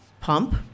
pump